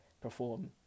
perform